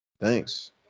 thanks